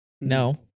no